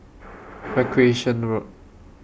Recreation Road